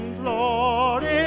glory